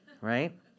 Right